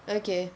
okay